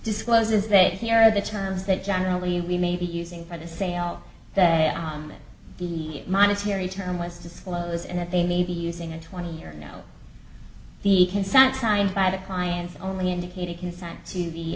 discloses that here are the terms that generally we may be using for the sale that on the monetary term was disclosed and that they may be using a twenty year no the consent signed by the client only indicating consent to the